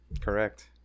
Correct